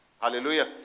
Hallelujah